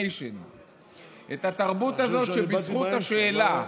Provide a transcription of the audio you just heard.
התרבות הזאת, בזכות השאלה,